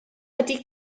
ydy